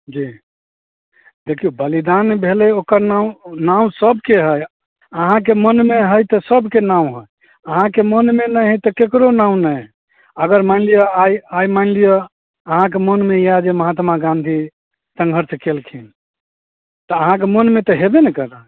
जी देखिऔ बलिदान भेलै ओकर नाओ नाओ सबके हए अहाँके मनमे हइ तऽ सबके नाओ हए अहाँके मनमे नहि हय तऽ केकरो नाओ नहि अगर मानि लिअ आइ आइ मानि लिअ अहाँके मनमे यऽ जे महात्मा गाँधी सङ्घर्ष कयलखिन तऽ अहाँके मनमे तऽ होएबे ने करत